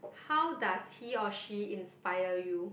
how does he or she inspire you